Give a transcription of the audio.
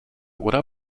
oder